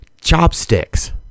Chopsticks